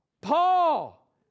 Paul